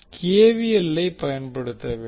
K V L ஐ பயன்படுத்த வேண்டும்